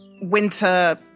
winter